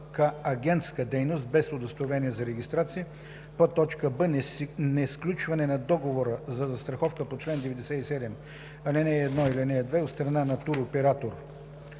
агентска дейност без удостоверение за регистрация; б) несключване на договора за застраховка по чл. 97, ал. 1 или 2 от страна на туроператор